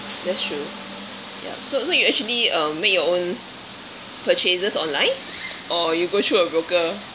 that's true ya so so you actually uh make your own purchases online or you go through a broker